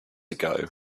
ago